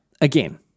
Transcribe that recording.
again